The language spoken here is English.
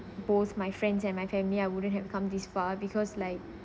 both my friends and my family I wouldn't have come this far because like